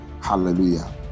Hallelujah